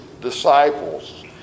disciples